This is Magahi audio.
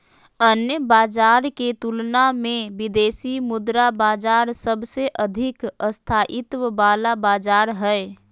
अन्य बाजार के तुलना मे विदेशी मुद्रा बाजार सबसे अधिक स्थायित्व वाला बाजार हय